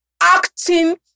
Acting